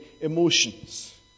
emotions